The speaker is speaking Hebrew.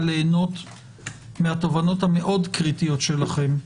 ליהנות מהתובנות המאוד קריטיות שלכם.